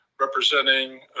representing